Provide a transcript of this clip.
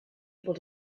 able